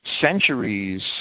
centuries